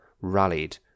rallied